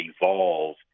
evolve